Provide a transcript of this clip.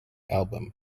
album